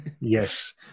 Yes